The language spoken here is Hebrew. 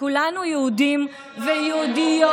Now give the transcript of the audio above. כולנו יהודים ויהודיות.